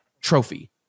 trophy